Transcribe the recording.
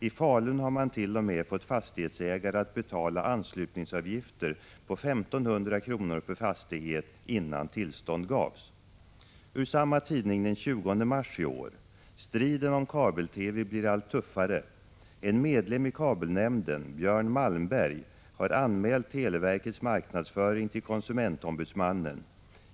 I Falun har man till och med fått fastighetsägare att betala anslutningsavgifter på 1 500 kr.per fastighet innan tillstånd gavs.” ”Striden om kabel-TV blir allt tuffare. En medlem i Kabelnämnden, Björn Malmberg, har anmält Televerkets marknadsföring till Konsumentombudsmannen.